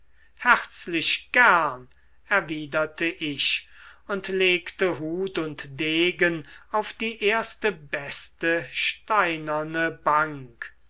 herzlich gern erwiderte ich und legte hut und degen auf die erste beste steinerne bank